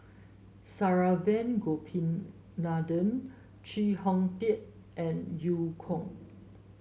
Saravanan Gopinathan Chee Hong Tat and Eu Kong